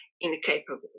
incapable